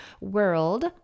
world